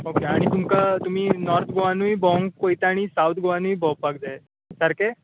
okay आनी तुमकां तुमी नोर्थ गोवानूय भोवोंक पयता आनी सावथ गोवानूय भोंवपाक जाय सारकें